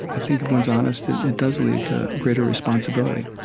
i think if one's honest and it does lead to greater responsibility.